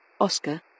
Oscar